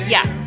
Yes